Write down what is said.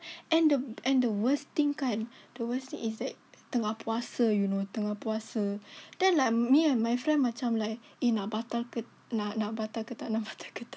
and the and the worst thing kan towards the is tengah puasa you know tengah puasa then like me and my friend macam like eh nak batal ke nak nak batal ke tak nak batal ke tak